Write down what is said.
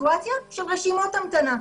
סיטואציה של רשימות המתנה.